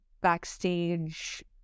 backstage